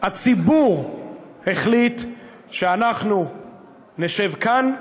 הציבור החליט שאנחנו נשב כאן,